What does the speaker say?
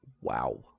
Wow